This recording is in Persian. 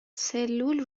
سلول